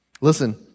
Listen